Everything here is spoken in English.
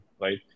Right